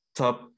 top